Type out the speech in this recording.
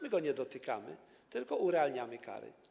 My go nie dotykamy, tylko urealniamy kary.